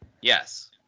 Yes